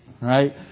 right